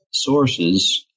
sources